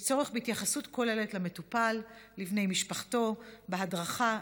יש צורך בהתייחסות כוללת למטופל ולבני משפחתו בהדרכה,